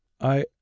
I